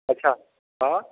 अच्छा हाँ